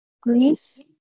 greece